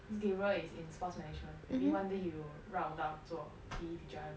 gabriel is in sports management maybe one day he will 绕到做 P_E teacher I don't know